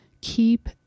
Keep